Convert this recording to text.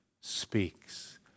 speaks